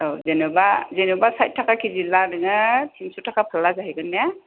औ जेनोबा जेनोबा साइद थाखा खिजिला नोंङो थिनस' थाखा फार्ला जाहैगोन ने